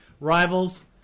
rivals